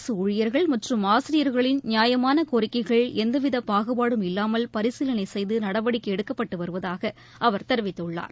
அரசு ஊழியர்கள் மற்றும் ஆசிரியர்களின் நியாயமான கோரிக்கைகள் எவ்விதப் பாகுபாடும் இல்லாமல் பரிசீலனை செய்து நடவடிக்கை எடுக்கப்பட்டு வருவதாக அவர் தெரிவித்துள்ளார்